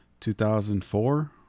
2004